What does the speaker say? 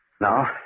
Now